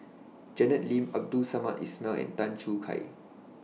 Janet Lim Abdul Samad Ismail and Tan Choo Kai